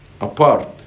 apart